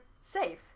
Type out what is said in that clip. Safe